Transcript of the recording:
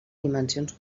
dimensions